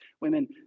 women